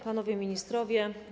Panowie Ministrowie!